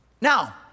Now